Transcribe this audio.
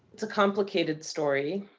it's a complicated story,